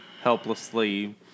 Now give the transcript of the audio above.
helplessly